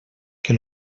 que